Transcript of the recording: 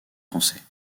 français